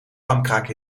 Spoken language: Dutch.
ramkraak